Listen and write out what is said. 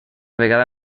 vegada